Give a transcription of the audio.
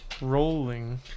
rolling